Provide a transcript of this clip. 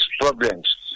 problems